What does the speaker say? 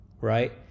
right